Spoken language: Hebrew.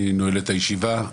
אני נועל את הישיבה.